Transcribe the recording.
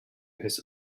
his